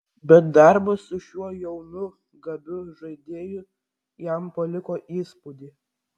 bet darbas su šiuo jaunu gabiu žaidėju jam paliko įspūdį